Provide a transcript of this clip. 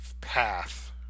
path